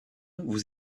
vous